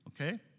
Okay